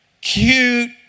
cute